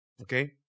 Okay